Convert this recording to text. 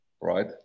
Right